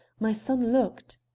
my son looked.